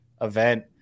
event